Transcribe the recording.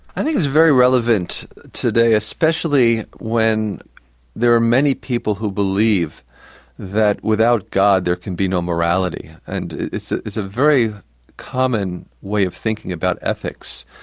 i think it's very relevant today especially when there are many people who believe that without god there can be no morality, and it's ah a very common way of thinking about ethics.